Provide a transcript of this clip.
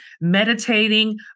meditating